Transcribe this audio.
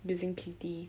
using P_T